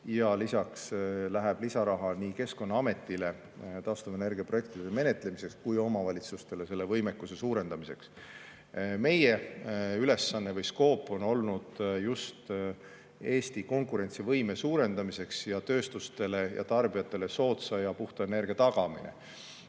Lisaks läheb lisaraha nii Keskkonnaametile taastuvenergia projektide menetlemiseks kui ka omavalitsustele võimekuse suurendamiseks. Meie ülesanne või skoop on olnud just Eesti konkurentsivõime suurendamiseks tööstustele ja tarbijatele soodsa ja puhta energia tagamine.